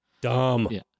Dumb